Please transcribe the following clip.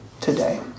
today